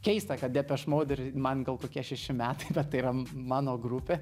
keista kad depeche mode ir man gal kokie šeši metai bet tai yra mano grupė